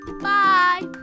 Bye